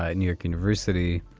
ah new york university,